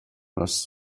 was